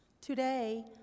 Today